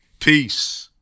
Peace